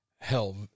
Hell